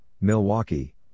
Milwaukee